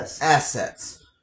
assets